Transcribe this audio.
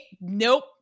nope